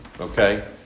okay